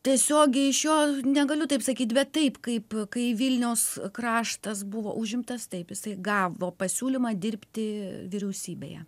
tiesiogiai iš jo negaliu taip sakyti bet taip kaip kai vilniaus kraštas buvo užimtas taip jisai gavo pasiūlymą dirbti vyriausybėje